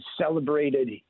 celebrated